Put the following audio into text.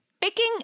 Picking